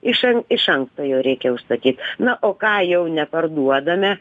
iš an iš anksto jau reikia užsakyt na o ką jau neparduodame